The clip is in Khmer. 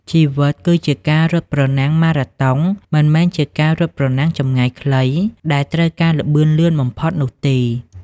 ជីវិតគឺជាការរត់ប្រណាំងម៉ារ៉ាតុង មិនមែនជាការរត់ប្រណាំងចម្ងាយខ្លីដែលត្រូវការល្បឿនលឿនបំផុតនោះទេ។